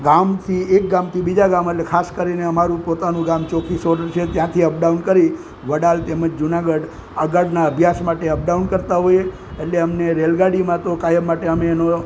ગામથી એકગામથી બીજા ગામ એટલે ખાસ કરીને અમારું પોતાનું ગામ ચોખી સોરઠ ત્યાંથી અપડાઉન કરીને વડાલ તેમજ જુનાગઢ આગળના અભ્યાસ માટે અપડાઉન કરતા હોઈએ એટલે રેલગાડીમાં તો કાયમ માટે અમે એનો